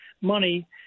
money